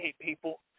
people